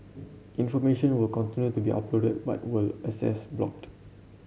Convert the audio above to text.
information will continue to be uploaded but with access blocked